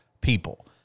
people